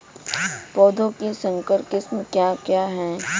पौधों की संकर किस्में क्या क्या हैं?